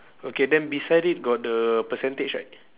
okay then beside it got the percentage right